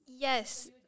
Yes